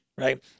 Right